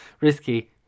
risky